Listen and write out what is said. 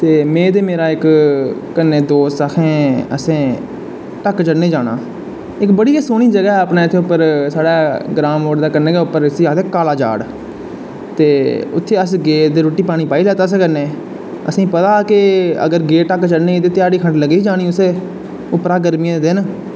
में ते मेरा इक दोस्त अहें असें ढक्क चढ़नें गी जाना ऐ इक बड़ी गै सोह्नी जगाह् ऐ साढ़ै उप्पर इत्थें ग्रांऽ मोड़ गै कन्नै गै उप्पर जिसी आखदे काला जाड़ ते उत्थें अस गे ते रुट्टी पानी पाई लैत्ता असैं कन्नै ते असेंगी पता हा जे ढक्क चढ़नें गी गे ते ध्याड़ी लग्गी गै जानी ऐ उप्परा दा गर्मियें दे दिन